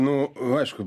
nu aišku